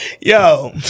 Yo